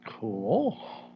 cool